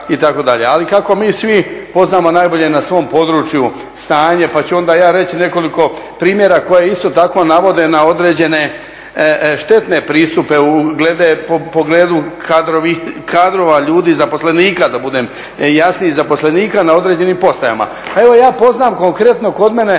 Ali kako mi svi poznamo najbolje na svom području stanje, pa ću ja onda reći nekoliko primjera koje isto tako navode na određene štetne pristupe glede, pogledu kadrova, ljudi, zaposlenika da budem jasniji, zaposlenika na određenim postajama. Pa evo ja poznam konkretno kod mene